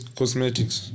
cosmetics